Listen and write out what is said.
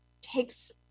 takes